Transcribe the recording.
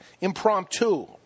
Impromptu